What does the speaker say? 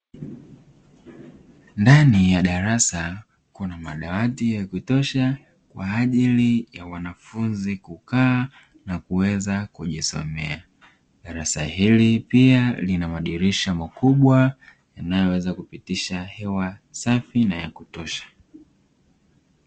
Ndani ya darasa kuna madawati ya kutosha kwa ajili ya wanafunzi kukaa na kuweza kujisomea, darasa hili pia lina madirisha makubwa yanayoweza kupitisha hewa safi na ya kutosha.